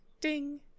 Ding